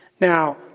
Now